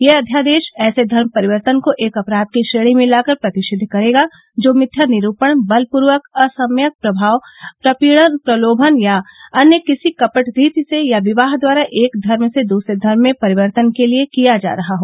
यह अध्यादेश ऐसे धर्म परिवर्तन को एक अपराध की श्रेणी में लाकर प्रतिषिद्व करेगा जो मिथ्या निरूपण बलपूर्वक असम्यक प्रभाव प्रपीड़न प्रलोभन या अन्य किसी कपट रीति से या विवाह द्वारा एक धर्म से दूसरे धर्म में परिवर्तन के लिए किया जा रहा हो